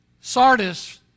Sardis